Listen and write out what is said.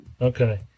okay